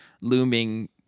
looming